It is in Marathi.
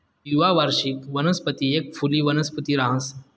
द्विवार्षिक वनस्पती एक फुली वनस्पती रहास